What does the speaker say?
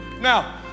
now